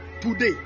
today